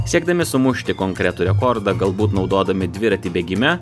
siekdami sumušti konkretų rekordą galbūt naudodami dviratį bėgime